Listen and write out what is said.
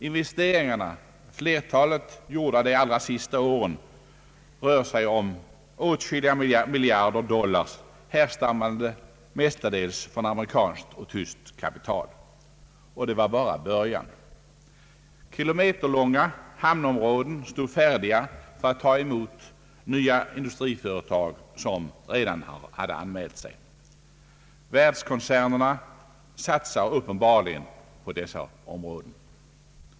Investeringarna — flertalet gjorda de allra senaste åren — rör sig om åtskilliga miljarder dollar, härstam mande mestadels från amerikanskt och tyskt kapital. Det var ändå bara början. Kilometerlånga hamnområden stod färdiga för att ta emot nya industriföretag som hade anmält sig. Världskoncernerna satsar uppenbarligen på dessa områden.